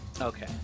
Okay